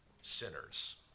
sinners